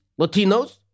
Latinos